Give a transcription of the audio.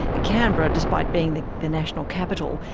canberra, despite being the the national capital,